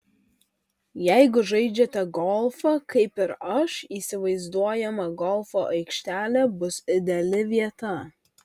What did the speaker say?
jeigu žaidžiate golfą kaip ir aš įsivaizduojama golfo aikštelė bus ideali vieta